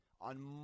on